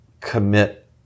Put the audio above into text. commit